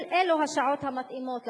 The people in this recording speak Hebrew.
אלה השעות המתאימות לסטודנטים.